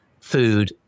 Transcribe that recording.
food